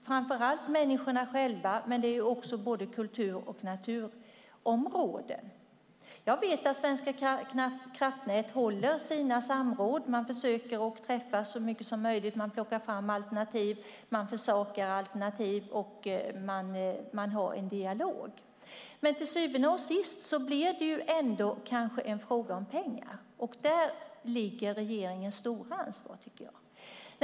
Framför allt är det människorna själva, men det är också både kultur och naturområden. Jag vet att Svenska kraftnät håller sina samråd. Man försöker träffas så mycket som möjligt, man plockar fram och försakar alternativ och man har en dialog. Men till syvende och sist blir det kanske ändå en fråga om pengar, och där ligger regeringens stora ansvar, tycker jag.